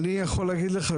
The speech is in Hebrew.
אני יכול להגיד לך,